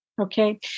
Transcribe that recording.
Okay